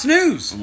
News